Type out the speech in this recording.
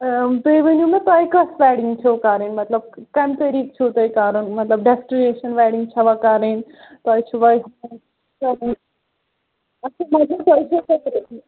تُہۍ ؤنِو مےٚ تۄہہِ کۄس وٮ۪ڈِنٛگ چھو کَرٕنۍ مطلب کٔمۍ طریٖقہ چھو تۄہہِ کَرٕنۍ مطلب ڈٮ۪سٹِنیشَن وٮ۪ڈِنٛگ چھَوا کَرٕنۍ تۄہہِ چھُوا